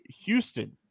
Houston